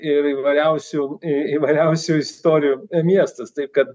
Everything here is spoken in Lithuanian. ir įvairiausių į įvairiausių istorijų miestas taip kad